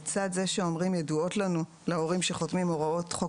לצד זה שאומרים "ידועות להורים שחותמים הוראות חוק